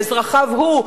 באזרחיו שלו.